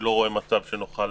איני רואה מצב שנוכל